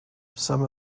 some